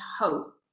hope